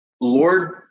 Lord